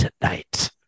tonight